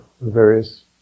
various